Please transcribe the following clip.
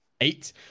Eight